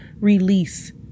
release